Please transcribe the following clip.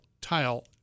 tile